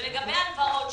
לגבי הלוואות,